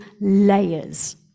layers